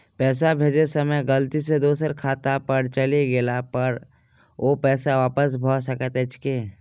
पैसा भेजय समय गलती सँ दोसर खाता पर चलि गेला पर ओ पैसा वापस भऽ सकैत अछि की?